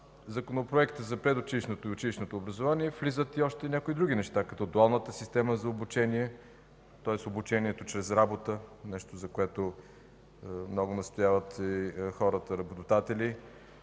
Законопроекта за предучилищното и училищното образование влизат и още някои други неща, като дуалната система за обучение, тоест обучението чрез работа – нещо, за което много настояват и работодателите.